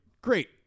Great